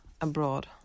abroad